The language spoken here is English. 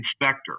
inspector